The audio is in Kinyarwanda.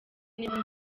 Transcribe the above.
niba